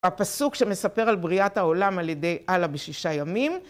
הפסוק שמספר על בריאת העולם על ידי אללה בשישה ימים.